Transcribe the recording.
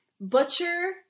butcher